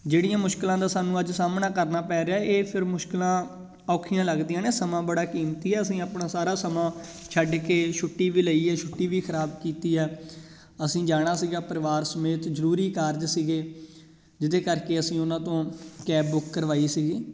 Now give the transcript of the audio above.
ਜਿਹੜੀਆਂ ਮੁਸ਼ਕਿਲਾਂ ਦਾ ਸਾਨੂੰ ਅੱਜ ਸਾਹਮਣਾ ਕਰਨਾ ਪੈ ਰਿਹਾ ਇਹ ਫਿਰ ਮੁਸ਼ਕਿਲਾਂ ਔਖੀਆਂ ਲੱਗਦੀਆਂ ਨੇ ਸਮਾਂ ਬੜਾ ਕੀਮਤੀ ਆ ਅਸੀਂ ਆਪਣਾ ਸਾਰਾ ਸਮਾਂ ਛੱਡ ਕੇ ਛੁੱਟੀ ਵੀ ਲਈ ਹੈ ਛੁੱਟੀ ਵੀ ਖ਼ਰਾਬ ਕੀਤੀ ਆ ਅਸੀਂ ਜਾਣਾ ਸੀਗਾ ਪਰਿਵਾਰ ਸਮੇਤ ਜ਼ਰੂਰੀ ਕਾਰਜ ਸੀਗੇ ਜਿਹਦੇ ਕਰਕੇ ਅਸੀਂ ਉਹਨਾਂ ਤੋਂ ਕੈਬ ਬੁੱਕ ਕਰਵਾਈ ਸੀਗੀ